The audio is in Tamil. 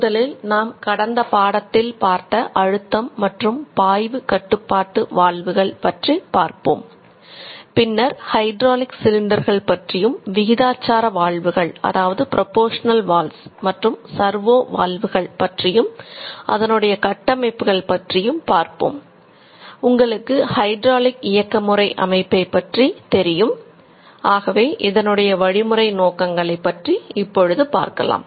முதலில் நாம் கடந்த பாடத்தில் பார்த்த அழுத்தம் மற்றும் பாய்வு கட்டுப்பாடு வால்வுகள் பற்றி இப்பொழுது பார்ப்போம்